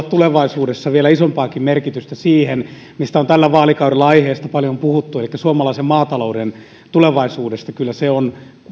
tulevaisuudessa vielä isompaakin merkitystä siihen mistä aiheesta on tällä vaalikaudella paljon puhuttu elikkä suomalaisen maatalouden tulevaisuuteen kyllä se on